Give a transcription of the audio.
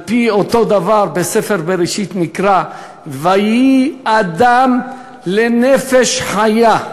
על-פי אותו דבר בספר בראשית נקרא: "ויהי האדם לנפש חיה".